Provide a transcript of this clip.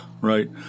right